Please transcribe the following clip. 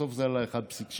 בסוף זה עלה 1.6,